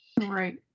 Right